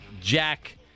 Jack